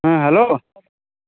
ᱦᱮᱸ ᱦᱮᱞᱳ